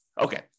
Okay